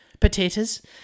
Potatoes